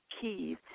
keys